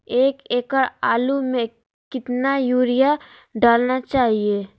एक एकड़ आलु में कितना युरिया डालना चाहिए?